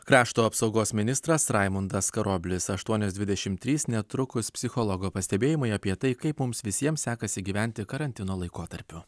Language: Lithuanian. krašto apsaugos ministras raimundas karoblis aštuonios dvidešimt trys netrukus psichologo pastebėjimai apie tai kaip mums visiems sekasi gyventi karantino laikotarpiu